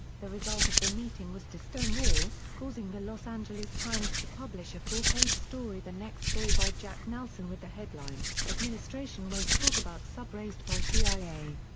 the result of the meeting was to stonewall, causing the los angeles times to publish a four page story the next day by jack nelson with the headline, administration won't talk about sub raised by cia.